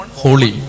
holy